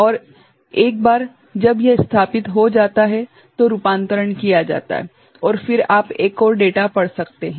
और एक बार जब यह स्थापित हो जाता है तो रूपांतरण किया जाता है और फिर आप एक और डेटा पढ़ सकते हैं